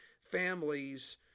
families